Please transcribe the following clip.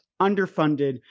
underfunded